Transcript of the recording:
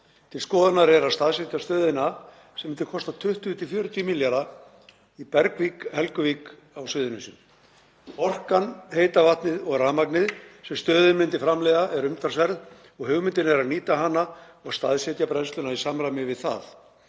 Til skoðunar er að staðsetja stöðina sem myndi kosta 20–40 milljarða í Bergvík/Helguvík á Suðurnesjum. Orkan, heita vatnið og rafmagnið sem stöðin myndi framleiða er umtalsverð og hugmyndin er að nýta hana og staðsetja brennsluna í samræmi við það.